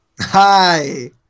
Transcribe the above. Hi